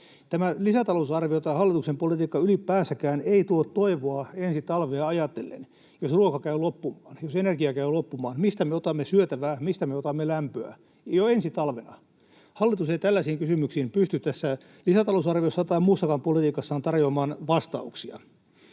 lisätalousarvio tai hallituksen politiikka ylipäänsäkään ei tuo toivoa ensi talvea ajatellen. Jos ruoka käy loppumaan, jos energia käy loppumaan, mistä me otamme syötävää, mistä me otamme lämpöä jo ensi talvena? Hallitus ei tällaisiin kysymyksiin pysty tässä lisätalousarviossa tai muussakaan politiikassaan tarjoamaan vastauksia.